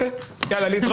אני חשוב שצריך לעצור